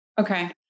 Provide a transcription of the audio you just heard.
Okay